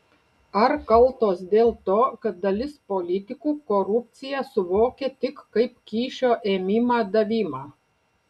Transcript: ar kaltos dėl to kad dalis politikų korupciją suvokia tik kaip kyšio ėmimą davimą